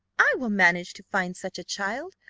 i will manage to find such a child,